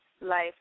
life